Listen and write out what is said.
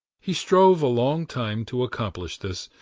he strove a long time to accomplish this,